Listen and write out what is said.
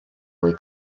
fwy